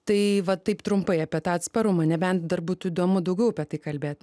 tai vat taip trumpai apie tą atsparumą nebent dar būtų įdomu daugiau apie tai kalbėt